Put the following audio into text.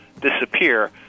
disappear